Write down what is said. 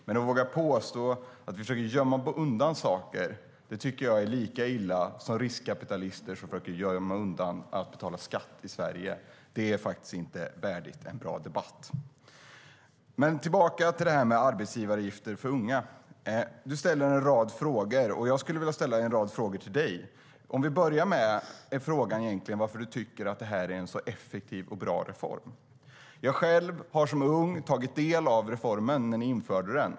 Men att våga påstå att vi försöker gömma undan saker är lika illa som riskkapitalister som försöker undvika att betala skatt i Sverige. Det är faktiskt inte värdigt en bra debatt. Låt mig gå tillbaka till frågan om arbetsgivaravgifter för unga. Helena Lindahl ställer en rad frågor, och jag vill ställa en rad frågor till dig. Låt oss börja med varför du tycker att detta är en så effektiv och bra reform. Jag tog själv som ung del av reformen när den infördes.